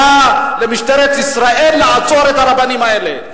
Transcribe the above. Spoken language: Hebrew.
לממשלת ישראל לעצור את הרבנים האלה.